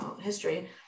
history